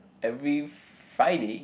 every Friday